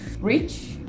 rich